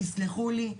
תסלחו לי,